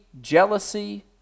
jealousy